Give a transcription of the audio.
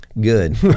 Good